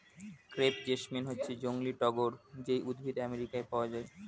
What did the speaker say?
crepe jasmine হচ্ছে জংলী টগর যেই উদ্ভিদ আমেরিকায় পাওয়া যায়